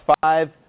Five